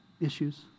issues